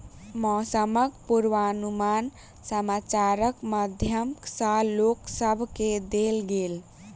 मौसमक पूर्वानुमान समाचारक माध्यम सॅ लोक सभ केँ देल गेल